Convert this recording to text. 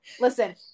Listen